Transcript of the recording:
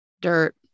dirt